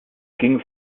ging